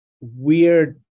weird